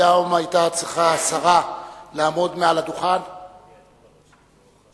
היום היתה צריכה השרה לעמוד על הדוכן, לא,